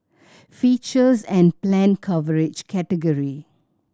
features and planned coverage category